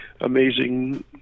amazing